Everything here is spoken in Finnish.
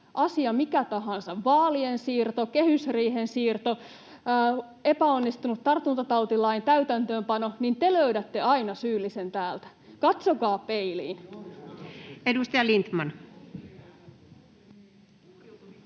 asia mikä tahansa — vaalien siirto, kehysriihen siirto, epäonnistunut tartuntatautilain täytäntöönpano — niin te löydätte aina syyllisen täältä. Katsokaa peiliin. [Speech 167]